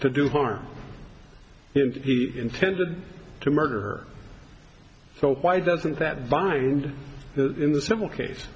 to do harm intended to murder so why doesn't that bind in the civil case